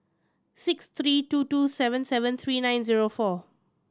six three two two seven seven three nine zero four